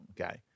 okay